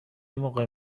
موقع